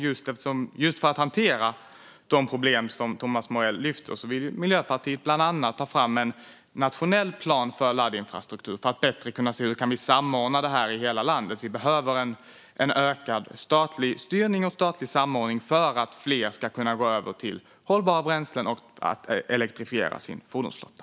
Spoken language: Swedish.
Just för att hantera de problem som Thomas Morell lyfter fram vill Miljöpartiet bland annat ta fram en nationell plan för laddinfrastruktur för att bättre kunna se hur vi kan samordna det i hela landet. Vi behöver en ökad statlig styrning och statlig samordning för att fler ska kunna gå över till hållbara bränslen och att elektrifiera sin fordonsflotta.